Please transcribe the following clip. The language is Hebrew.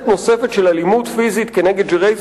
בסופו של דבר לא משנה מה יוחלט לגבי הקרקע,